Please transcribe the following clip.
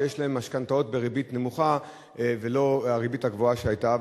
שיש להם משכנתאות בריבית נמוכה ולא הריבית הגבוהה שהיתה.